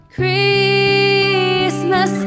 Christmas